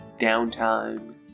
downtime